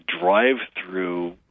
drive-through